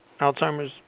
Alzheimer's